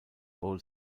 bowl